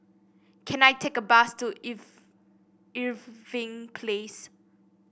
can I take a bus to Irv Irving Place